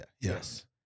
Yes